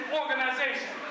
organization